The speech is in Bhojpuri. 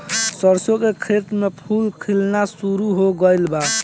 सरसों के खेत में फूल खिलना शुरू हो गइल बा